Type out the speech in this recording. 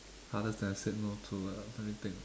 hardest thing I said no to uh let me think